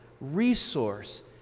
resource